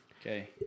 Okay